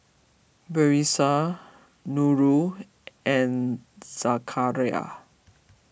Batrisya Nurul and Zakaria